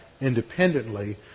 independently